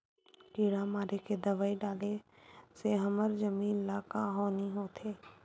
किड़ा मारे के दवाई डाले से हमर जमीन ल का हानि होथे?